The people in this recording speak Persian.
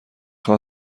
خوام